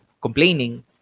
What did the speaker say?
complaining